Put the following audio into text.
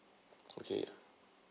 okay